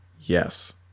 Yes